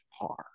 par